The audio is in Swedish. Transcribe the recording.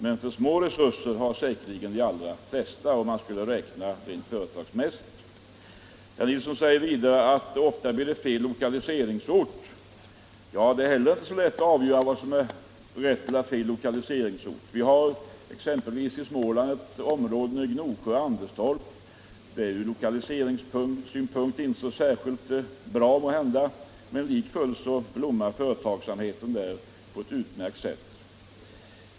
— Men för små resurser vid starten har säkert de allra flesta om man skulle räkna rent företagsmässigt. Herr Nilsson säger vidare att det ofta blir fel lokaliseringsort. Det är heller inte så lätt att avgöra vad som är rätt eller fel lokaliseringsort. Vi har exempelvis i Småland ett område nere i Gnosjö-Anderstorp. Det är måhända inte så särskilt bra ur lokaliseringssynpunkt, men likafullt blommar företagsamheten där på ett utmärkt sätt.